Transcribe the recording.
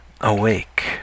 awake